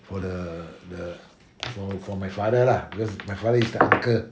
for the the for my for my father lah because my father is the uncle